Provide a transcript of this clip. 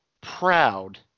proud